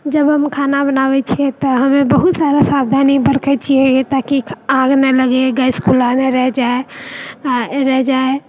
जब हम खाना बनाबै छिए तऽ हमे बहुत सारा सावधानी बरतै छिए ताकि आगि नहि लागै गैस खुला नहि रहि जाइ